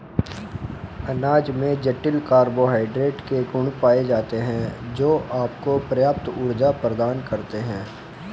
अनाज में जटिल कार्बोहाइड्रेट के गुण पाए जाते हैं, जो आपको पर्याप्त ऊर्जा प्रदान करते हैं